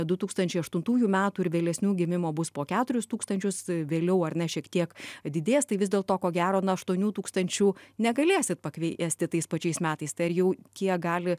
du tūkstančiai aštuntųjų metų ir vėlesnių gimimo bus po keturis tūkstančius vėliau ar ne šiek tiek didės tai vis dėlto ko gero na aštuonių tūkstančių negalėsit pakviesti tais pačiais metais tai ar jau kiek gali